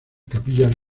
capillas